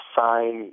sign